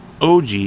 OG